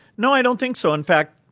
no, i don't think so. in fact,